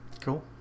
cool